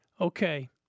okay